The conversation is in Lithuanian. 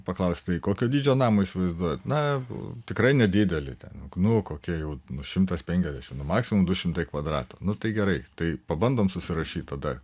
paklausi tai kokio dydžio namą įsivaizduojat na tikrai nedidelį ten nu kokie jau nu šimtas penkiasdešimt nu maksimum du šimtai kvadratų nu tai gerai tai pabandom susirašyt tada